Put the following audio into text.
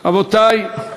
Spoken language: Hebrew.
רבותי,